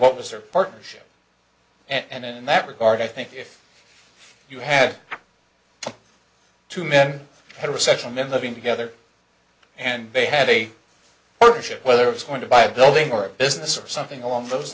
what was their partnership and in that regard i think if you had two men had a recession in living together and they had a partnership whether it was going to buy a building or a business or something along those